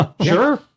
sure